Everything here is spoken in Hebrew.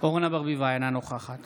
אורנה ברביבאי, אינה נוכחת